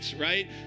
right